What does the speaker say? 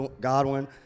Godwin